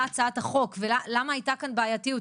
הצעת החוק ולמה הייתה כאן בעיתיות.